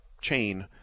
chain